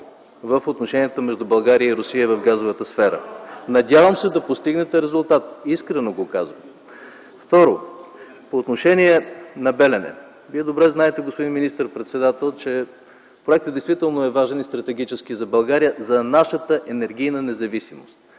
в отношенията между България и Русия в газовата сфера. Надявам се да постигнете резултат, искрено го казвам. (Шум и реплики от ГЕРБ.) Второ, по отношение на „Белене”. Вие добре знаете, господин министър-председател, че проектът действително е важен и стратегически за България, за нашата енергийна независимост,